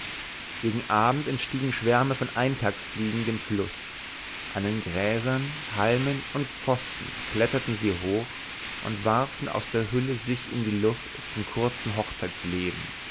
gegen abend entstiegen schwärme von eintagsfliegen dem fluß an den gräsern halmen und pfosten kletterten sie hoch und warfen aus der hülle sich in die luft zum kurzen hochzeitsleben